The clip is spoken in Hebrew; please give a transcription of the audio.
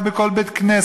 רב בכל בית-כנסת,